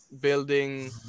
building